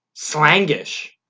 slangish